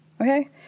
Okay